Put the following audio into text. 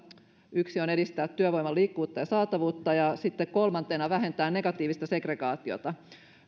yksi on edistää työvoiman liikkuvuutta ja saatavuutta ja sitten kolmas on vähentää negatiivista segregaatiota